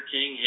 King